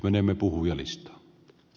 näin käy